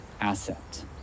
asset